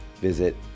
visit